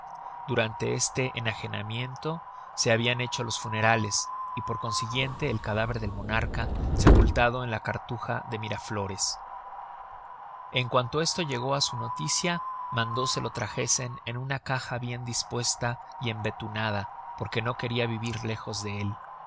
durante este enagenamiento se habian hecho los funerales y por consiguiente el cadáver del monarca sepultado en la cartuja de miraflores en cuanto esto llegó á su noticia mandó se lo trajesen en una caja bien dispuesta y embetunada porque no queria vivir lejos de él